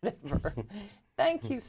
well thank you